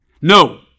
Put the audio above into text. No